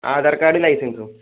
Aadhaar card ലൈസൻസും